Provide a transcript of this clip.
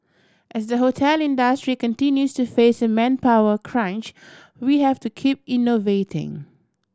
as the hotel industry continues to face a manpower crunch we have to keep innovating